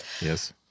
Yes